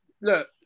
look